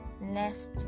next